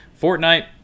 Fortnite